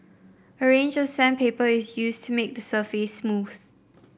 a range of sandpaper is used to make the surface smooth